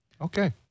okay